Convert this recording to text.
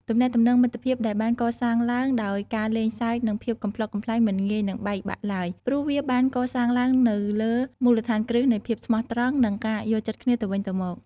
ទំនាក់ទំនងមិត្តភាពដែលបានកសាងឡើងដោយការលេងសើចនិងភាពកំប្លុកកំប្លែងមិនងាយនឹងបែកបាក់ឡើយ ព្រោះវាបានកសាងឡើងនៅលើមូលដ្ឋានគ្រឹះនៃភាពស្មោះត្រង់និងការយល់ចិត្តគ្នាទៅវិញទៅមក។